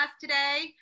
today